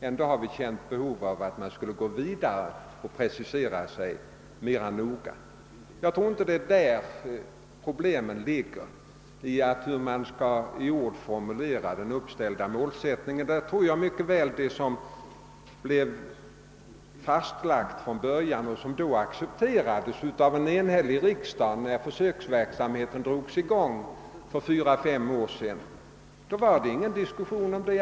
Ändå har vi känt behov av att gå vidare och precisera oss mera noggrant. Jag tror inte att problemet ligger i hur man i ord formulerar den uppställda målsättningen. När försöksverksamheten drogs i gång för fyra, fem år sedan och målsättningen fastlades, godtogs den av en enhällig riksdag utan någon diskussion.